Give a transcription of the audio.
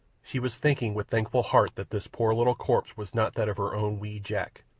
she was thinking with thankful heart that this poor little corpse was not that of her own wee jack,